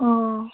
अ